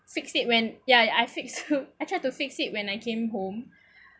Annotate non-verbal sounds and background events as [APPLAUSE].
fix it when ya ya I fix [LAUGHS] I tried to fix it when I came home